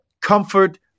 comfort